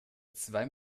zwei